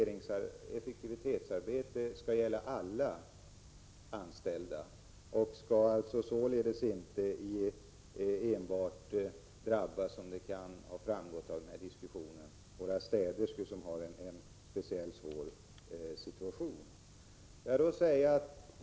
Detta effektivitetskrav skall emellertid gälla för alla anställda och inte — såsom det synes framgå av denna diskussion — enbart drabba våra städerskor som har en speciellt svår situation.